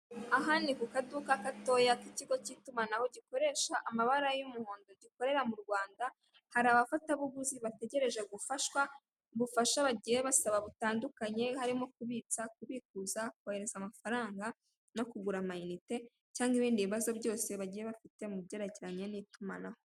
Aha ni ku kaduka gatoya k'ikigo cy'itumanaho gikoresha amabara y'umuhondo gikorera mu Rwanda hari abafatabuguzi bategereje gufashwa ubufasha bagiye basaba butandukanye harimo kubitsa, kubikuza, kohereza amafaranga no kugura amayinite, cyangwa ibindi bibazo bagiye bafite mu byerekeranye n'itumanaho.